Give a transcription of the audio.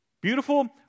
Beautiful